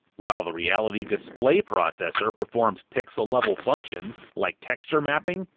while the reality display processor performs pixel-level functions like texture mapping,